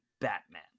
Batman